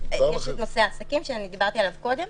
נושא העסקים דיברתי עליו קודם.